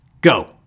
go